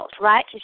right